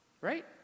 right